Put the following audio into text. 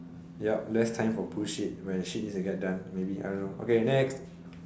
yup less time for bullshit when shit needs to get done maybe I don't know okay next